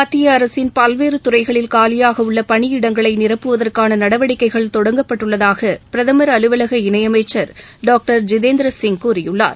மத்தியஅரசின் பல்வேறுதுறைகளில் காலியாகஉள்ளபணியிடங்களைநிரப்புவதற்கானநடவடிக்கைதொடங்கப்பட்டுள்ளதாகபிரதமரின் அவுவலக இணையமைச்சர் டாக்டர் ஜிதேந்திரசிங் கூறியுள்ளார்